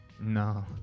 no